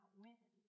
win